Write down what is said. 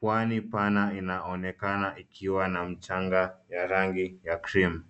Pwani pana inaonekana ikiwa na mchanga ya rangi ya cream